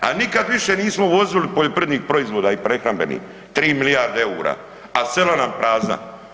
A nikad više nismo uvozili poljoprivrednih proizvoda i prehrambenih, 3 milijarde eura, a sela nam prazna.